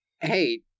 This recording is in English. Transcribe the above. hey